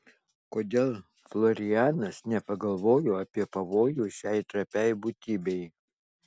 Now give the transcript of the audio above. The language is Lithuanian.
kodėl florianas nepagalvojo apie pavojų šiai trapiai būtybei